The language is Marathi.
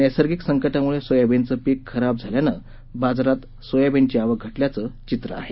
नैसर्गिक संकटामुळे सोयाबीनचं पीक खराब झाल्यानं बाजारात सोयाबीनची आवक घटल्याचं चित्र आहे